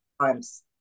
times